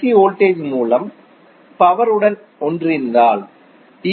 C voltage மூல power உடன் ஒன்றிணைந்தால் டி